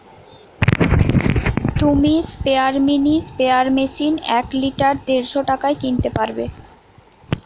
তুমি স্পেয়ারম্যান mini sprayer machine এক লিটার দেড়শ টাকায় কিনতে পারবে